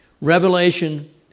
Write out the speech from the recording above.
Revelation